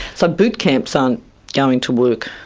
so boot camps aren't going to work.